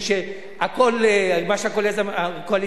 שהכול מה שהקואליציה מחליטה,